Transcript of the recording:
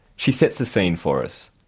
she sets the scene for us.